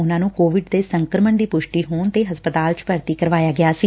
ਉਨੂਾ ਨੂੰ ਕੋਵਿਡ ਦੇ ਸੰਕਰਮਣ ਦੀ ਪੁਸ਼ਟੀ ਹੋਣ ਤੇ ਹਸਪਤਾਲ ਚ ਭਰਤੀ ਕਰਵਾਇਆ ਗਿਆ ਸੀ